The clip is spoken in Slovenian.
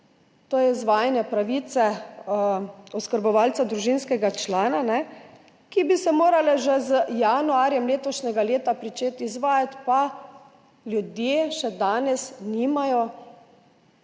to je izvajanje pravice oskrbovalca družinskega člana, ki bi se morala že z januarjem letošnjega leta začeti izvajati, pa ljudje še danes nimajo